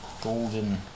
golden